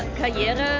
Karriere